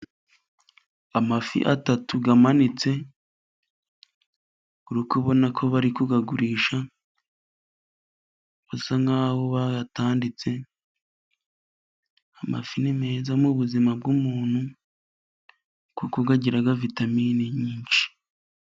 Amafi atatu amanitse ubona ko bari kuyagurisha basa naho bayatanditse. Amafi ni meza mu ubuzima bw'umuntu kuko agira vitamini nyinshi.